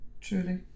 Truly